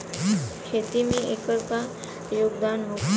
खेती में एकर का योगदान होखे?